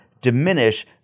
diminish